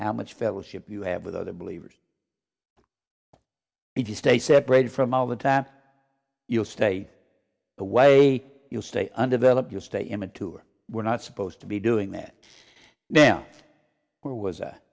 how much fellowship you have with other believers if you stay separated from all the time you'll stay the way you'll stay undeveloped your state immature we're not supposed to be doing that now there was